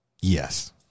yes